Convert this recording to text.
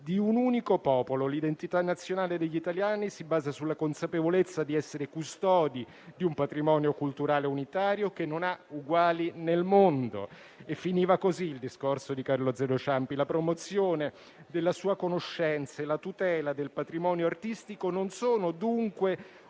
di un unico popolo. L'identità nazionale degli italiani si basa sulla consapevolezza di essere custodi di un patrimonio culturale unitario che non ha uguali nel mondo». E finiva così il discorso di Carlo Azeglio Ciampi: «La promozione della sua conoscenza e la tutela del patrimonio artistico non sono dunque